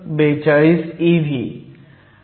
42 eV